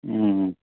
ഹമ് ഹമ്